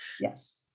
Yes